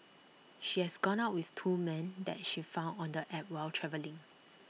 she has gone out with two men that she found on the app while travelling